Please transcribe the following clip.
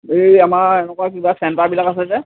এই আমাৰ এনেকুৱা কিবা চেণ্টাৰবিলাক আছে যে